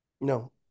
no